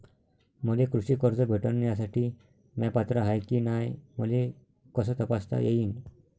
मले कृषी कर्ज भेटन यासाठी म्या पात्र हाय की नाय मले कस तपासता येईन?